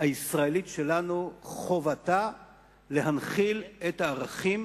הישראלית שלנו, חובתה להנחיל את הערכים